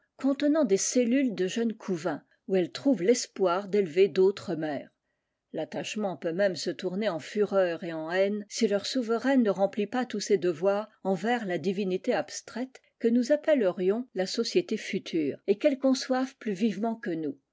contenant des cellules de jeune couvain où elles trouvent tespoir d'élever d'autres mères l'attachement peut même se tourner en fureur et en haine si leur souveraine ne remplit pas tous ses devoirs envers la divinité abstraite que nous appellerions la société future et qu'elles conçoivent plus vivement que nous